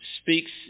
speaks